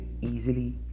easily